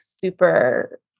super